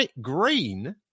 green